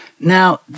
Now